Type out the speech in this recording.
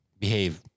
behave